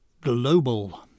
global